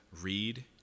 read